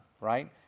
right